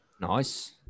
Nice